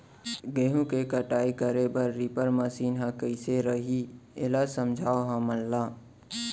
गेहूँ के कटाई करे बर रीपर मशीन ह कइसे रही, एला समझाओ हमन ल?